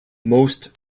most